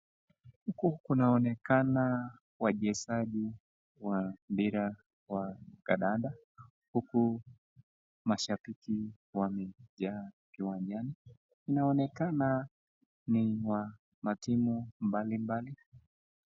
Huku kunaonekana wachezaji wa mpira wa kadanda huku mashabiki wamejaa uwanjani. Inaonekana ni wa timu mbalimbali